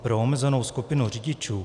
Pro omezenou skupinu řidičů.